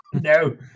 no